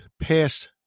past